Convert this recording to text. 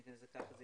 נקרא לזה ככה,